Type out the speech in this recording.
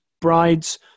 brides